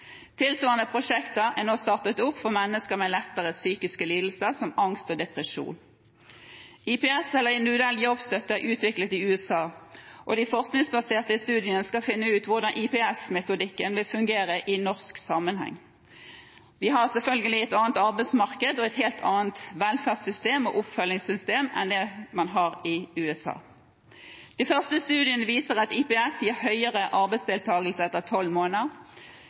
Tilsvarende prosjekter er nå startet opp for mennesker med lettere psykiske lidelser, som angst og depresjon. IPS, eller individuell jobbstøtte, er utviklet i USA, og de forskningsbaserte studiene skal finne ut hvordan IPS-metodikken vil fungere i norsk sammenheng. Vi har selvfølgelig et annet arbeidsmarked og et helt annet velferdssystem og oppfølgingssystem enn det man har i USA. De første studiene viser at IPS gir høyere arbeidsdeltagelse etter 12 måneder,